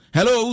Hello